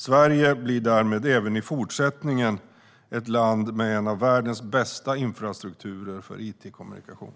Sverige blir därmed även i fortsättningen ett land med en av världens bästa infrastrukturer för it-kommunikation.